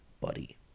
body